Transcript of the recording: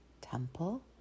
Temple